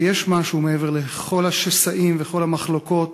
שיש משהו מעבר לכל השסעים וכל המחלוקות,